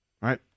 right